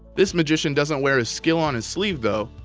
this magician doesn't wear his skill on his sleeve, though,